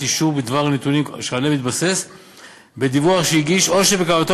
אישור בדבר נתונים שעליהם התבסס בדיווח שהגיש או שבכוונתו